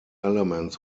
elements